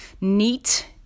neat